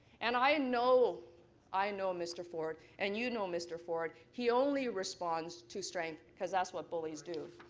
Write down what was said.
and i and know i know mr. ford, and you know mr. ford, he only responds to strength because that's what bullyies do.